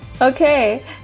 Okay